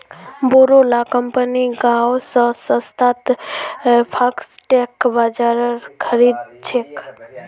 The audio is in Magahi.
बोरो ला कंपनि गांव स सस्तात फॉक्सटेल बाजरा खरीद छेक